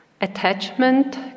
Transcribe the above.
Attachment